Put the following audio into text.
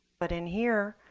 but in here,